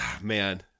man